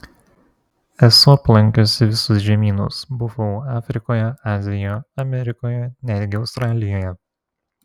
esu aplankiusi visus žemynus buvau afrikoje azijoje amerikoje netgi australijoje